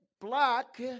black